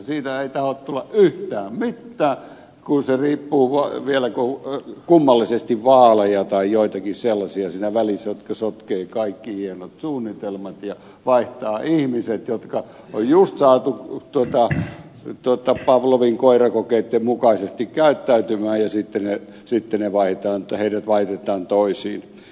siitä ei tahdo tulla yhtään mitään kun se riippuu vielä kummallisesti siitä kun on vaaleja tai joitakin sellaisia siinä välissä jotka sotkevat kaikki hienot suunnitelmat ja vaihtavat ihmiset jotka on just saatu pavlovin koirakokeitten mukaisesti käyttäytymään sitten heidät vaihdetaan toisiin